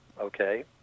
okay